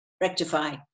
rectify